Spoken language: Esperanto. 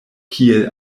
kiel